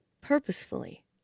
purposefully